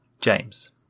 James